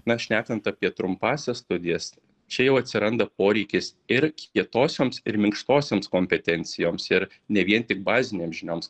na šnekant apie trumpąsias studijas čia jau atsiranda poreikis ir kietosioms ir minkštosioms kompetencijoms ir ne vien tik bazinėm žinioms